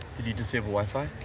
did you disable wi-fi?